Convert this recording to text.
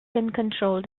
uncontrolled